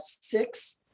six